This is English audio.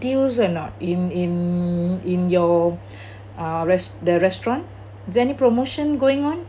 deals or not in in in your uh res~ the restaurant there any promotion going on